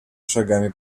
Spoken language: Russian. шагами